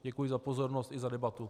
Děkuji za pozornost i za debatu.